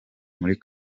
muri